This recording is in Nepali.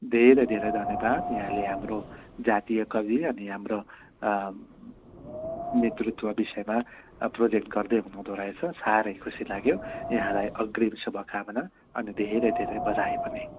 धेरै धेरै धन्यवाद यहाँले हाम्रो जातीय कवि अनि हाम्रो नेतृत्व विषयमा प्रोजेक्ट गर्दै हुनुहुँदो रहेछ साह्रै खुसी लाग्यो यहाँलाई अग्रिम शुभकामना अनि धेरै धेरै बधाई पनि